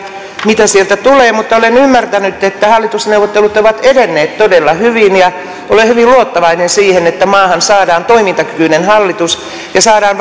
mitä sieltä tulee mutta olen ymmärtänyt että hallitusneuvottelut ovat edenneet todella hyvin ja olen hyvin luottavainen sen suhteen että maahan saadaan toimintakykyinen hallitus ja saadaan